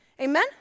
Amen